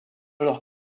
leur